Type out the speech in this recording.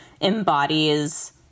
embodies